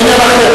זה עניין אחר.